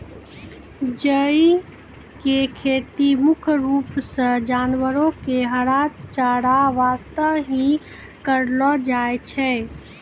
जई के खेती मुख्य रूप सॅ जानवरो के हरा चारा वास्तॅ हीं करलो जाय छै